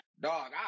dog